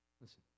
Listen